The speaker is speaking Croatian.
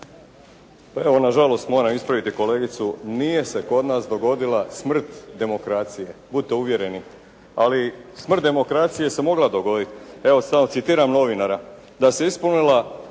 Evo na žalost moram ispraviti kolegicu. Nije se kod nas dogodila smrt demokracije budite uvjereni, ali smrt demokracije se mogla dogoditi. Evo samo citiram novinara: "da se ispunila"